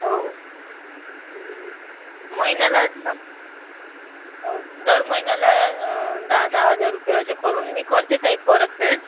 हो महिन्याला हो दर महिन्याला दहा दहा हजार रुपये असे करून मी करते ताई परतफेड